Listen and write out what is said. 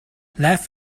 life